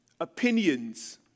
opinions